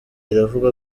iravuga